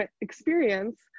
experience